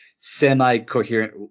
semi-coherent